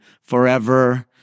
forever